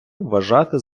вважати